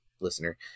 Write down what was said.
listener